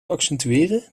accentueren